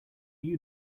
you